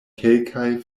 kelkaj